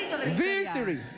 Victory